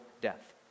death